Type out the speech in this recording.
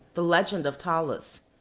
the legend of talos,